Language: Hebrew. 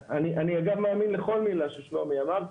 אני מאמין לכל מילה ששלומי אמר,